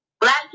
black